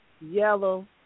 yellow